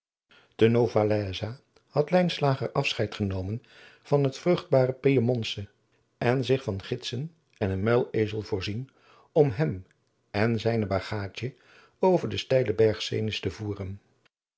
novalaise had lijnslager afscheid genomen van het vruchtbaar piemontesche en zich van gidsen en een muilezel voorzien om hem en zijne bagaadje over den steilen berg cenis te voeren